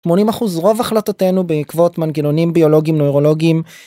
80% רוב החלטותינו בעקבות מנגינונים ביולוגיים, נוירולוגיים, ...